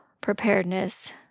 preparedness